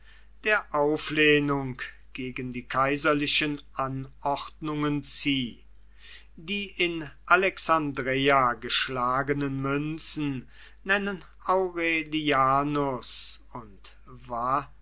der auflehnung gegen die kaiserlichen anordnungen zieh die in alexandreia geschlagenen münzen nennen aurelianus und